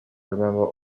remember